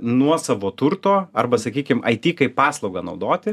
nuosavo turto arba sakykim aity kaip paslaugą naudoti